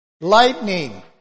lightning